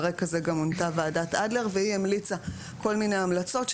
על רקע זה גם מונתה ועדת אדלר והיא המליצה כל מיני המלצות.